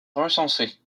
recensés